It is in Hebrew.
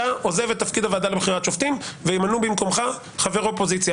עוזב את תפקיד הוועדה לבחירת שופטים וימנו במקומך חבר אופוזיציה.